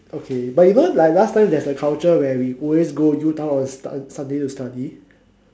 okay but you know like last time there's a culture where we always go U town on sunday to study